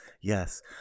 Yes